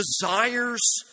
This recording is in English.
desires